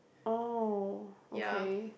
oh okay